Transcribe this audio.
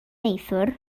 neithiwr